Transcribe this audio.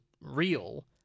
real